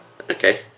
okay